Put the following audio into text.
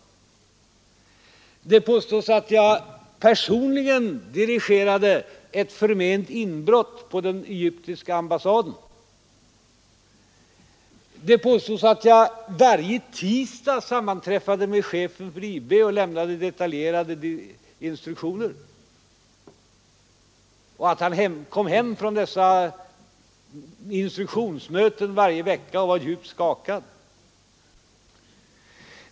Det påstods att jag personligen dirigerade ett förment inbrott på den egyptiska ambassaden. Det påstods att jag varje tisdag sammanträffade med chefen för IB och lämnade detaljerade instruktioner och att han kom hem från dessa instruktionsmöten varje vecka och var djupt skakad.